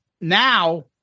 Now